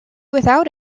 without